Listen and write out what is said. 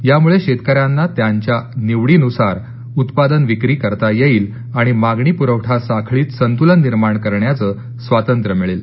यामुळे शेतकऱ्यांना त्यांच्या निवडीनुसार उत्पादन विक्री करता येईल आणि मागणी पुरवठा साखळीत संतूलन निर्माण करण्याचं स्वातंत्र्य मिळेल